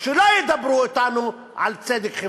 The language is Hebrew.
שלא ידברו אתנו על צדק חברתי.